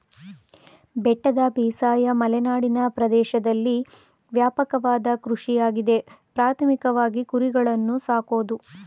ಬೆಟ್ಟದ ಬೇಸಾಯ ಮಲೆನಾಡಿನ ಪ್ರದೇಶ್ದಲ್ಲಿ ವ್ಯಾಪಕವಾದ ಕೃಷಿಯಾಗಿದೆ ಪ್ರಾಥಮಿಕವಾಗಿ ಕುರಿಗಳನ್ನು ಸಾಕೋದು